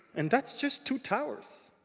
and that's just two towers.